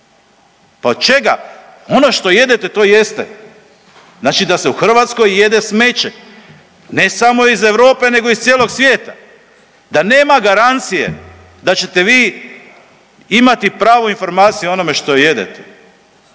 Pa od čega? Ono što jedete to jeste. Znači da se u Hrvatskoj jede smeće ne samo iz Europe nego iz cijelog svijeta, da nema garancije da ćete vi imati pravu informaciju o onome što jedete,